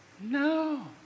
No